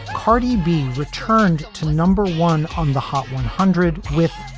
cardi b returned to number one on the hot one hundred with.